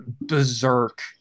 berserk